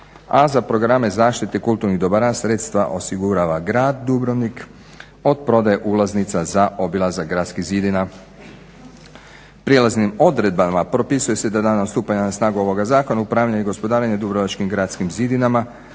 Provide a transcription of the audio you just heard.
a za programe zaštite kulturnih dobara sredstva osigurava grad Dubrovnik od prodaje ulaznica za obilazak gradskih zidina. Prijelaznim odredbama propisuje se da danom stupanja na snagu ovoga zakona upravljanje i gospodarenje Dubrovačkim gradskim zidinama